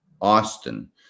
Austin